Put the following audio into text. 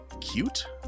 Cute